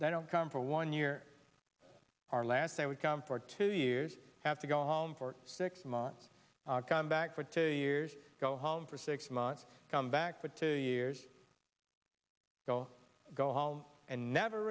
they don't come for one year or last they would come for two years have to go home for six months come back for two years go home for six months come back for two years go go home and never